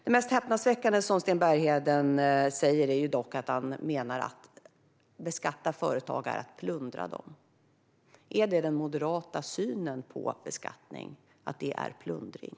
Det mest häpnadsväckande som Sten Bergheden säger är dock att han menar att beskattning av företag är lika med plundring av dem. Är detta den moderata synen på beskattning - att det är plundring?